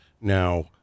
now